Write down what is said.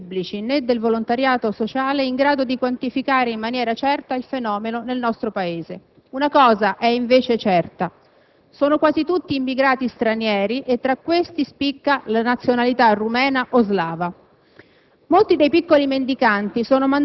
non esistono infatti uffici pubblici né del volontariato sociale in grado di quantificare in maniera certa il fenomeno nel nostro Paese. Una cosa è invece certa: sono quasi tutti immigrati stranieri e tra questi spicca la nazionalità rumena o slava.